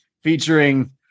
featuring